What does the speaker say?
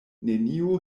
neniu